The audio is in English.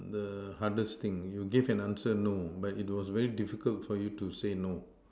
the hardest thing you gave an answer no but it was very difficult for you to say no